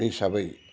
बे हिसाबै